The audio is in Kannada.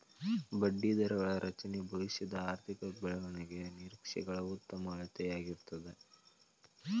ಬಡ್ಡಿದರಗಳ ರಚನೆ ಭವಿಷ್ಯದ ಆರ್ಥಿಕ ಬೆಳವಣಿಗೆಯ ನಿರೇಕ್ಷೆಗಳ ಉತ್ತಮ ಅಳತೆಯಾಗಿರ್ತದ